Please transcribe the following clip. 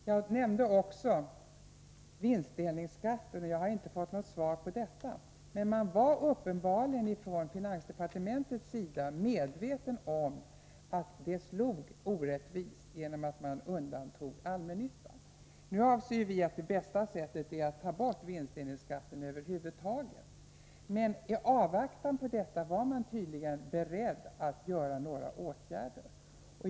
Jag nämnde också vinstdelningsskatten, men jag har inte fått något svar på min fråga i det avseendet. Men man var uppenbarligen från finansdepartementets sida medveten om att den slog orättvist på grund av att man undantog allmännyttan. Nu anser vi att det bästa sättet är att ta bort vinstdelningsskatten över huvud taget. Men i avvaktan på detta var man tydligen beredd att vidta vissa åtgärder.